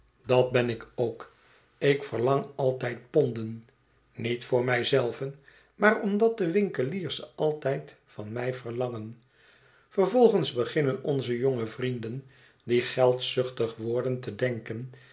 dat ben ik ook ik verlang altijd ponden niet voor mij zelven maar omdat de'winkeliers ze altijd van mij verlangen vervolgens beginnen onze jonge vrienden die geld zuchtig worden te denken